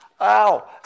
Ow